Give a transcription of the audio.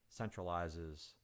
centralizes